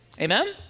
Amen